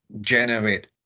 generate